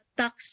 tax